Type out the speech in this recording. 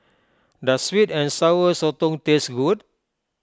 does Sweet and Sour Sotong taste good